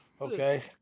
okay